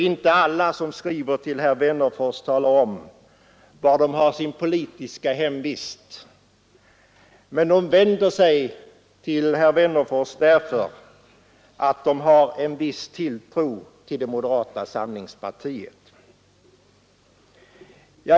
Inte alla som skriver till herr Wennerfors talar om var de har sin politiska hemvist. Men de vänder sig till herr Wennerfors därför att de har en viss tilltro till moderata samlingspartiet.